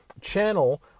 channel